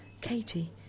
Katie